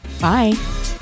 Bye